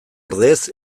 ordez